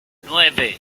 nueve